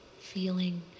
feeling